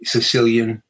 Sicilian